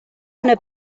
una